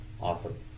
awesome